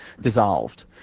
dissolved